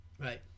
Right